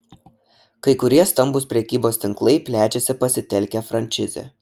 kai kurie stambūs prekybos tinklai plečiasi pasitelkę frančizę